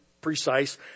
precise